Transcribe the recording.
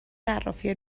صرافیها